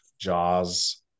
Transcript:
jaws